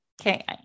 Okay